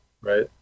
right